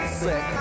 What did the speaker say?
sick